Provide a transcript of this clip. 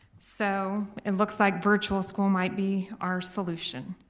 so it looks like virtual school might be our solution.